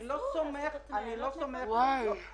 אני לא סומך על